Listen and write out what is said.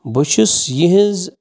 بہٕ چھُس یِہٕنٛز